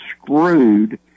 screwed